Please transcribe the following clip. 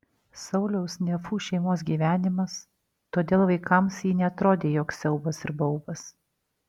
sauliaus nefų šeimos gyvenimas todėl vaikams ji neatrodė joks siaubas ir baubas